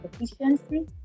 efficiency